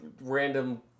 random